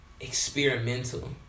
Experimental